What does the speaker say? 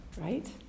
right